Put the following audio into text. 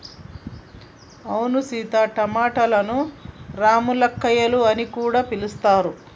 అవును సీత టమాటలను రామ్ములక్కాయాలు అని కూడా పిలుస్తారు